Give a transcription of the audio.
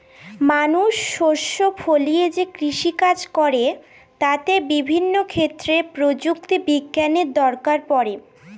মানুষ শস্য ফলিয়ে যে কৃষিকাজ করে তাতে বিভিন্ন ক্ষেত্রে প্রযুক্তি বিজ্ঞানের দরকার পড়ে